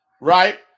right